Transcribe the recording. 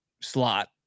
slot